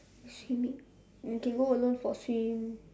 swimming you can go alone for a swim